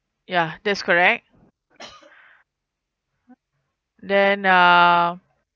ya that's correct then ah